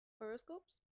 Horoscopes